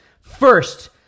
first